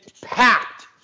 packed